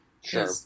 Sure